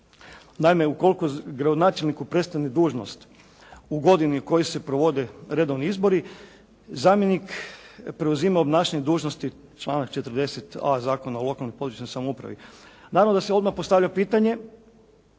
Naime ukoliko gradonačelniku prestane dužnost u godini u kojoj se provode redovni izbori, zamjenik preuzima obnašanje dužnosti članak 40a. Zakona o lokalnoj i područnoj samoupravi. Naravno da se odmah postavlja pitanje,